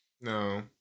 no